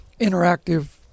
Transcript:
interactive